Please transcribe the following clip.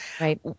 Right